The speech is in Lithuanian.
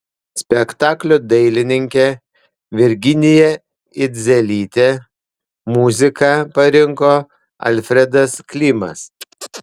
spektaklio dailininkė virginija idzelytė muziką parinko alfredas klimas